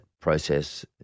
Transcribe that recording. process